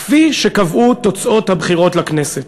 כפי שקבעו תוצאות הבחירות לכנסת.